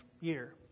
year